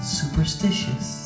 superstitious